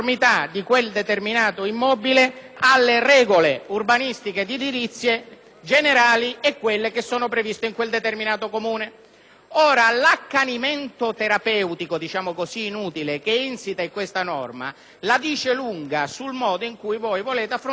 generali e a quelle previste in quel determinato Comune. L'accanimento terapeutico inutile, insito in questa norma, la dice lunga sul modo in cui volete affrontare il problema della sicurezza. Volete realizzare tante norme manifesto, che non possono essere applicate